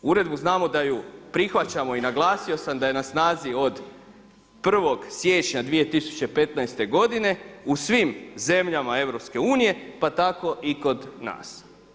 Uredbu znamo da ju prihvaćamo i naglasio sam da je na snazi od 1. siječnja 2015. godine u svim zemljama EU pa tako i kod nas.